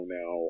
now